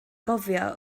gofio